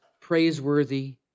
praiseworthy